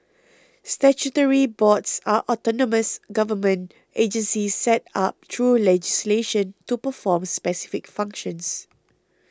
statutory boards are autonomous government agencies set up through legislation to perform specific functions